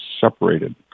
separated